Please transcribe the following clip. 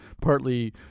partly